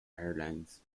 airlines